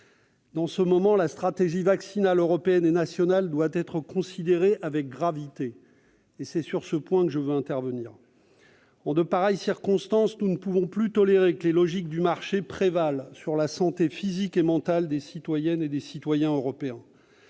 de libertés, la stratégie vaccinale européenne et nationale doit être considérée avec gravité. C'est sur ce point que je souhaite intervenir. En de pareilles circonstances, nous ne pouvons plus tolérer que les logiques du marché prévalent sur la santé physique et mentale des citoyennes et des citoyens européens.